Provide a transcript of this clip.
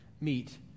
meet